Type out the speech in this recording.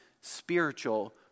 spiritual